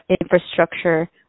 infrastructure